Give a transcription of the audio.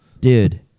dude